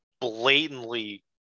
blatantly